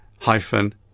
hyphen